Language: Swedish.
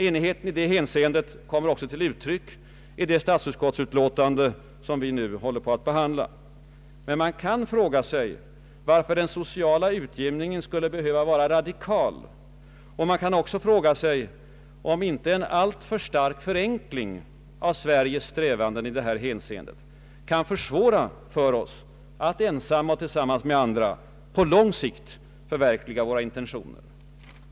Enighet i det hänseendet kommer också till uttryck i det statsutskottsutlåtande som vi nu håller på att behandla. Men man kan fråga sig varför den sociala utjämningen skulle behöva vara radikal, och man kan fråga sig om inte en alltför stark förenkling av Sveriges strävanden i detta hänseende kan försvåra för oss att, ensamma och tillsammans med andra, på lång sikt förverkliga våra intentioner.